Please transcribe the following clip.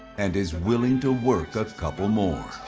and is willing to work a couple more.